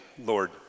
Lord